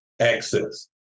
access